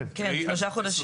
כן, במשך שלושה חודשים.